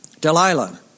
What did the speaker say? Delilah